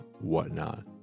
whatnot